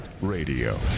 Radio